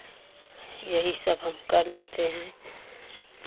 यही सब हम कर लेते हैं